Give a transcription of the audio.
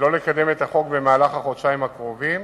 שלא לקדם את החוק במהלך החודשיים הקרובים,